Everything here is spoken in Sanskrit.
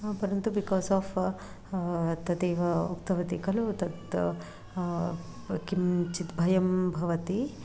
परन्तु बिकास् आफ़् तदेव उक्तवती खलु तत् किञ्चित् भयं भवति